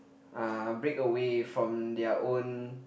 uh break away from their own